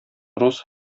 рус